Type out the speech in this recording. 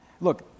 Look